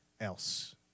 else